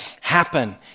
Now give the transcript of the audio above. happen